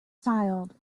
styled